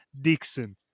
Dixon